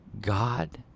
God